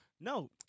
No